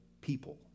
people